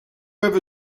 ever